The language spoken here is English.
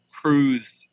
cruise